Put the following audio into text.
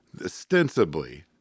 ostensibly